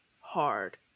hard